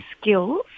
skills